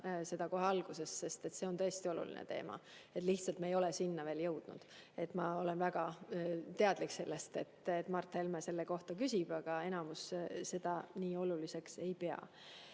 seda kohe alguses, sest see on tõesti oluline teema. Lihtsalt me ei ole sinna veel jõudnud. Ma olen väga teadlik sellest, et Mart Helme selle kohta küsib, aga enamus seda nii oluliseks ei pea. Nüüd